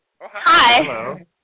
Hi